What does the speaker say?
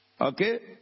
okay